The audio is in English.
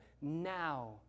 now